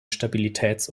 stabilitäts